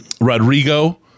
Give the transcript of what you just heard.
Rodrigo